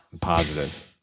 Positive